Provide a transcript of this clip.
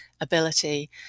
ability